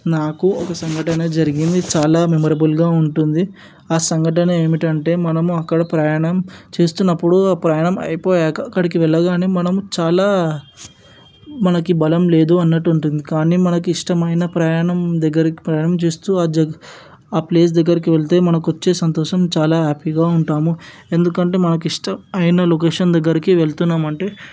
నాకు ఒక సంఘటన జరిగింది చాలా మెమొరబుల్గా ఉంటుంది ఆ సంఘటన ఏమిటి అంటే మనము అక్కడ ప్రయాణం చేస్తున్నప్పుడు ఆ ప్రయాణం అయిపోయాక అక్కడికి వెళ్ళగానే మనము చాలా మనకి బలం లేదు అన్నట్టు ఉంటుంది కానీ మనకు ఇష్టమైన ప్రయాణం దగ్గరికి ప్రయాణం చేస్తూ ఆ జ ఆ ప్లేస్ దగ్గరికి వెళితే మనకి వచ్చే సంతోషం చాలా హ్యాపీగా ఉంటాము ఎందుకంటే మనకు ఇష్టం అయిన లోకేషన్ దగ్గరికి వెళుతున్నాము అంటే